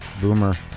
Boomer